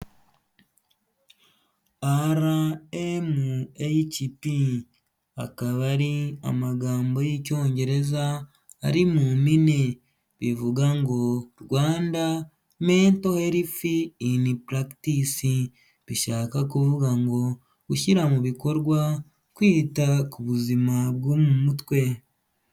RMHP akaba ari amagambo y'Icyongereza ari mu mpine, bivuga ngo Rwanda Mental Health in Practice, bishaka kuvuga ngo gushyira mu bikorwa kwita ku buzima bwo mu mutwe.